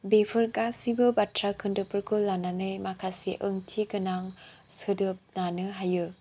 बेफोर गासिबो बाथ्रा खोन्दोबफोरखौ लानानै माखासे ओंथि गोनां सोदोब दानो हायो